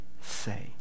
say